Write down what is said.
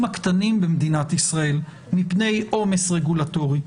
הקטנים במדינת ישראל מפני עומס רגולטורי.